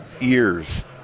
years